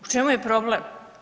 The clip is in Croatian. U čemu je problem?